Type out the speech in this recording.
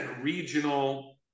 regional